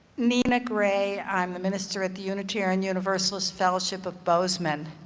nina gray. i'm the minister at the unitarian universalist fellowship of boseman.